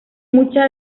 mucha